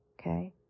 okay